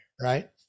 right